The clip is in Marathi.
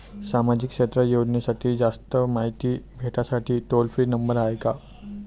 सामाजिक क्षेत्र योजनेची जास्त मायती भेटासाठी टोल फ्री नंबर हाय का?